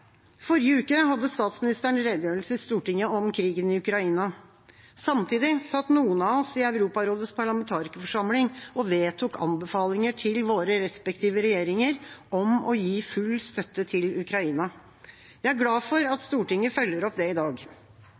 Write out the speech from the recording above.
Forrige uke hadde statsministeren redegjørelse i Stortinget om krigen i Ukraina. Samtidig satt noen av oss i Europarådets parlamentarikerforsamling og vedtok anbefalinger til våre respektive regjeringer om å gi full støtte til Ukraina. Jeg er glad for at Stortinget følger opp det i dag.